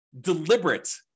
deliberate